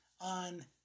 on